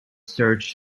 searched